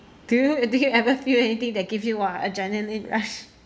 do you do you ever feel anything that gives you [wah} adrenaline rush